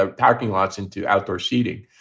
ah parking lots into outdoor seating,